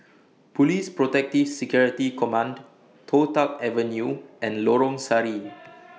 Police Protective Security Command Toh Tuck Avenue and Lorong Sari